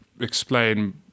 explain